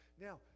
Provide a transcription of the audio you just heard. Now